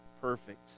perfect